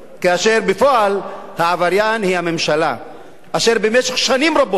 כאשר בפועל העבריין הוא הממשלה אשר במשך שנים רבות